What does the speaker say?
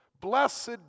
Blessed